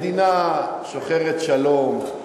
מדינה שוחרת שלום,